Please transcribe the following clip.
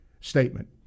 statement